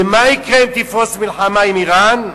ומה יקרה אם תפרוץ מלחמה עם אירן?